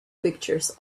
pictures